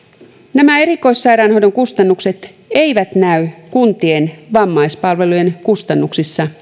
nämä erikoissairaanhoidon kustannukset eivät näy kuntien vammaispalvelujen kustannuksissa